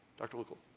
dr. lucal?